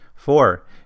Four